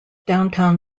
downtown